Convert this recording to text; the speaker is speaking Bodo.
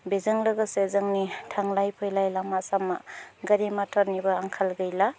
बेजों लोगोसे जोंनि थांलाय फैलाय लामा सामा गारि मथरनिबो आंखाल गैला